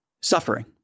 suffering